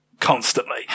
constantly